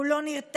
הוא לא נרתע,